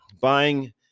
buying